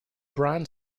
bronze